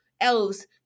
elves